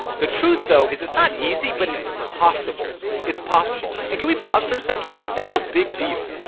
the truth though is it's not easy, but it's possible. it's possible. and can we pause for a second. that's a big deal.